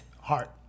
heart